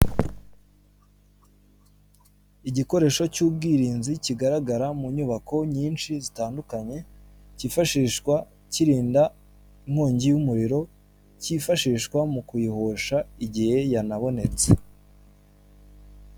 Igikoresho cy'ubwirinzi, kigaragara mu nyubako nyinshi zitandukanye, cyifashishwa kirinda inkongi y'umuriro, cyifashishwa mu kuyihosha igihe yanabonetse.